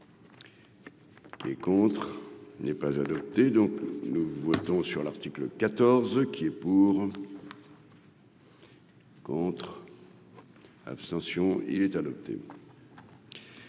Et contre n'est pas adopté, donc nous votons sur l'article 14 qui est pour. Contre. Abstention : il est adopté.